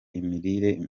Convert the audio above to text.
imirire